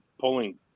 pulling